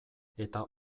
eta